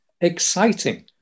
exciting